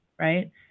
right